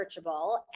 searchable